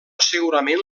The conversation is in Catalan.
segurament